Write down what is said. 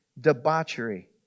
debauchery